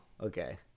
okay